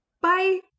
Bye